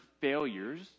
failures